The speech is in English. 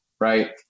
right